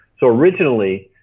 so originally,